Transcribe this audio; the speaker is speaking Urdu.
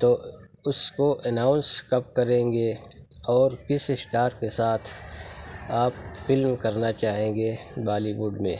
تو اس کو اناونس کب کریں گے اور کس اسٹار کے ساتھ آپ فلم کرنا چاہیں گے بالی وڈ میں